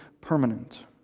permanent